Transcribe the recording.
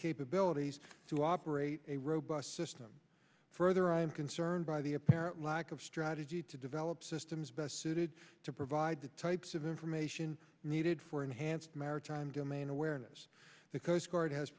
capabilities to operate a robust system further i'm concerned by the apparent lack of strategy to develop systems best suited to provide the types of information needed for enhanced maritime domain awareness the coast guard has